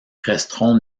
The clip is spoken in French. resteront